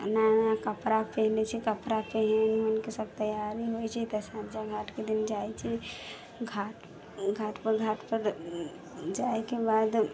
नया नया कपड़ा पहिनै छै कपड़ा पहिन वहिनके सभ तैयारी होइत छै तऽ सँझा घाटके दिन जाइत छै घाट घाट पर घाट पर जाइके बाद